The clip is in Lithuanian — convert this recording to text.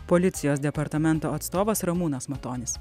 policijos departamento atstovas ramūnas matonis